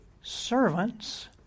Servant's